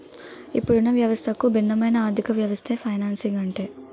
ఇప్పుడున్న వ్యవస్థకు భిన్నమైన ఆర్థికవ్యవస్థే ఫైనాన్సింగ్ అంటే